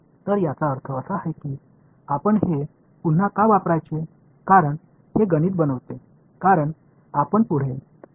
எனவே இதை நான் ஏன் பயன்படுத்துகிறோம் என்பதற்கான காரணம் மீண்டும் கணிதத்தை மிகவும் எளிமையாக செல்லும்போது ஏன் செய்கிறது